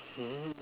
hmm